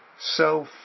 self